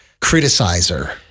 criticizer